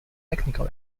technical